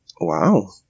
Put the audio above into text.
Wow